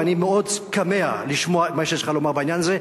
ואני מאוד כמה לשמוע את מה שיש לך לומר בעניין הזה.